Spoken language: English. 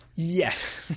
Yes